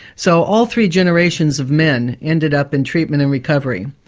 so all three generations of men ended up in treatment and recovery.